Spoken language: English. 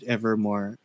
Evermore